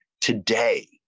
today